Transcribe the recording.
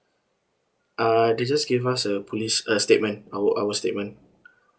uh they just gave us a police uh statement our our statement